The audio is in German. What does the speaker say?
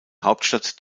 hauptstadt